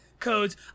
Codes